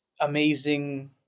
amazing